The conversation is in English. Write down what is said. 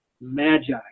Magi